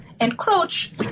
encroach